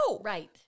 Right